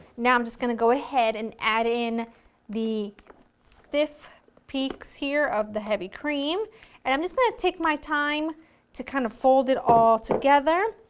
now i'm just going to go ahead and add in the stiff peaks here of the heavy cream and i'm just going to take my time to kind of fold it all together,